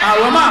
הוא אמר.